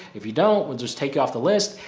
if you don't we'll just take off the list.